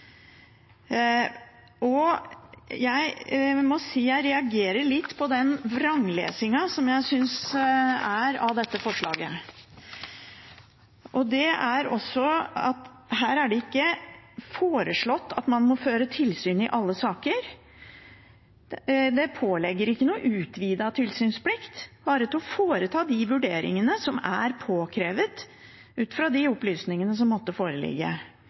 Jeg må si at jeg reagerer litt på det jeg synes er en vranglesing av forslaget. Her er det ikke foreslått at man må føre tilsyn i alle saker. Det pålegges ikke noen utvidet tilsynsplikt, bare å foreta de vurderingene som er påkrevet ut fra de opplysningene som måtte foreligge,